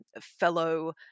fellow